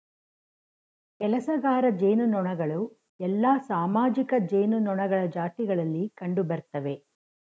ಕೆಲಸಗಾರ ಜೇನುನೊಣಗಳು ಎಲ್ಲಾ ಸಾಮಾಜಿಕ ಜೇನುನೊಣಗಳ ಜಾತಿಗಳಲ್ಲಿ ಕಂಡುಬರ್ತ್ತವೆ